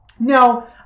Now